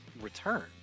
return